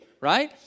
right